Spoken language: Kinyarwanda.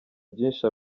byinshi